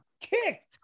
kicked